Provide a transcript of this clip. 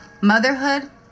motherhood